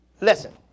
Listen